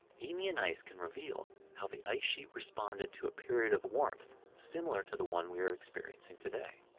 eemian ice can reveal how the ice sheet responded to a period of warmth similar to the one we are experiencing today.